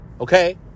Okay